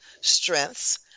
strengths